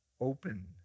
open